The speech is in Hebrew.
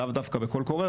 לאו דווקא בקול קורא,